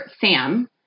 Sam